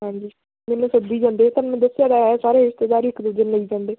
ਹਾਂਜੀ ਮੈਨੂੰ ਸੱਦੀ ਜਾਂਦੇ ਤੁਹਾਨੂੰ ਮੈਂ ਦੱਸਿਆ ਤਾਂ ਹੈ ਸਾਰੇ ਰਿਸ਼ਤੇਦਾਰ ਹੀ ਇੱਕ ਦੂਜੇ ਨੂੰ ਮਿਲ ਜਾਂਦੇ